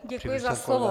Děkuji za slovo.